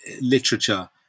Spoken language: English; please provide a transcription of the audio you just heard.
literature